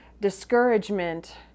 discouragement